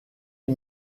est